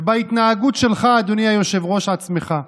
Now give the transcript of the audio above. ובהתנהגות שלך, אדוני היושב-ראש, עצמך.